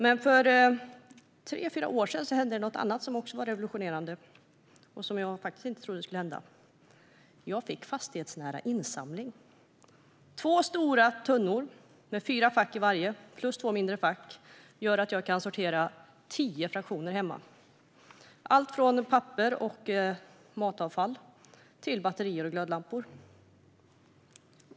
Men för tre fyra år sedan hände något annat som också var revolutionerande och som jag inte trodde skulle hända. Jag fick fastighetsnära insamling. Det var två stora tunnor med fyra fack i varje plus två mindre fack. Det gör att jag kan sortera tio fraktioner hemma. Det är allt från papper och matavfall till batterier och glödlampor.